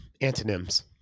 antonyms